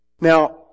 Now